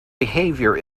behavior